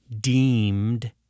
deemed